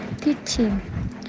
teaching